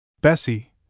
Bessie